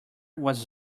was